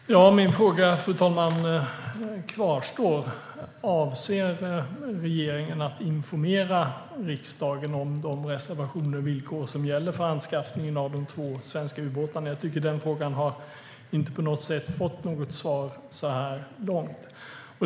Fru talman! Min fråga kvarstår. Avser regeringen att informera riksdagen om de reservationer och villkor som gäller för anskaffningen av de två svenska ubåtarna? Den frågan har inte på något sätt fått något svar så här långt, tycker jag.